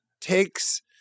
takes